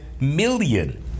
million